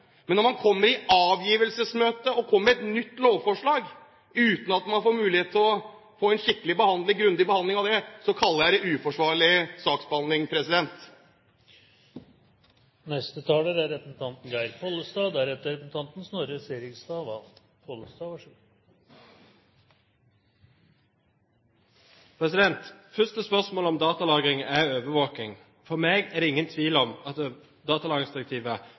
Men når man i avgivelsesmøtet kommer med et nytt lovforslag uten at man får mulighet til en grundig behandling av det, kaller jeg det uforsvarlig saksbehandling. Først til spørsmålet om datalagring er overvåking. For meg er det ingen tvil om at datalagringsdirektivet